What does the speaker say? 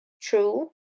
true